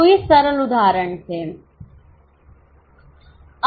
तो ये सरल उदाहरण थे